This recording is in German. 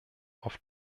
auf